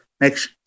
next